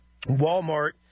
Walmart